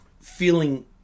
feeling